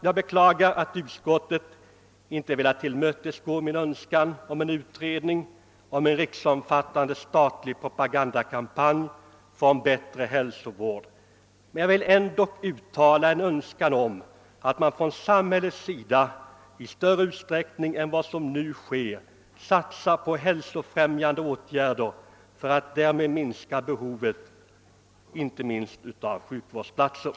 Jag beklagar att utskottet inte har velat tillmötesgå min önskan om en utredning angående en riksomfattande statlig propagandakampanj för en bättre hälsovård, men jag vill ändå uttala en förhoppning om att samhället i större utsträckning än som nu sker satsar på hälsofrämjande åtgärder för att därmed inte minst minska behovet av sjukvårdsplatser.